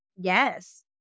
Yes